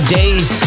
days